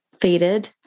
faded